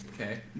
Okay